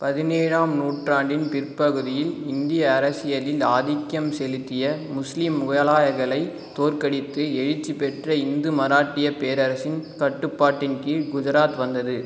பதினேழாம் நூற்றாண்டின் பிற்பகுதியில் இந்திய அரசியலில் ஆதிக்கம் செலுத்திய முஸ்லீம் முகலாயர்களைத் தோற்கடித்து எழுச்சி பெற்ற இந்து மராட்டியப் பேரரசின் கட்டுப்பாட்டின் கீழ் குஜராத் வந்தது